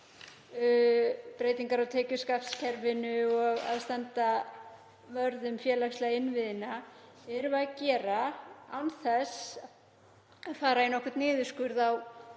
breytingar á tekjuskattskerfinu og að standa vörð um félagslega innviði, erum við að gera án þess að fara í nokkurn niðurskurð í